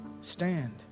stand